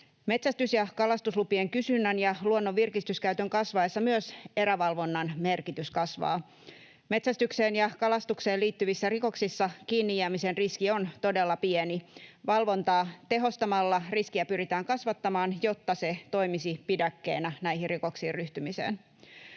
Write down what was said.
Metsästys- ja kalastuslupien kysynnän ja luonnon virkistyskäytön kasvaessa myös erävalvonnan merkitys kasvaa. Metsästykseen ja kalastukseen liittyvissä rikoksissa kiinnijäämisen riski on todella pieni. Valvontaa tehostamalla riskiä pyritään kasvattamaan, jotta se toimisi pidäkkeenä näihin rikoksiin ryhtymiseen.